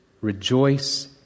Rejoice